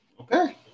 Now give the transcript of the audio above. Okay